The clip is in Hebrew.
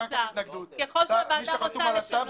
ככל שהוועדה רוצה לשנות,